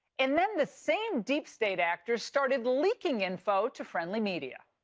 and then the same deep state actors started leaking info to friendly media.